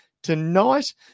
tonight